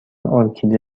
ارکیده